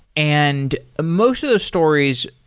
and ah most of the stories,